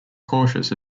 cautious